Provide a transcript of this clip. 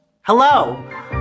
Hello